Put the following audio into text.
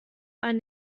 ein